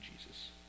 Jesus